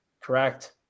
Correct